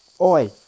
Oi